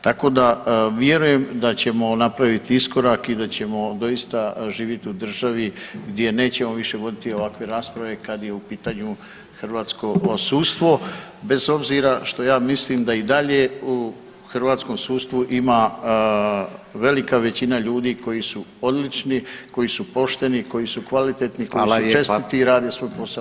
Tako da vjerujem da ćemo napraviti iskorak i da ćemo doista živjeti u državi gdje nećemo više voditi ovakve rasprave kad je u pitanju hrvatsko sudstvo, bez obzira što ja mislim da i dalje u hrvatskom sudstvu ima velika većina ljudi koji su odlični, koji su pošteni, koji su kvalitetni, koji su [[Upadica: Hvala lijepa.]] čestiti i rade svoj posao.